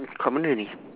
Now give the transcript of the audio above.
kat mana ni